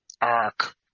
arc